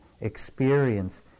experience